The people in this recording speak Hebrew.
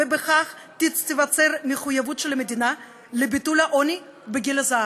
ובכך תיווצר מחויבות של המדינה לביטול העוני בגיל הזהב.